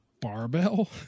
barbell